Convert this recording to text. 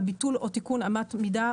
על ביטול או תיקון אמת מידה,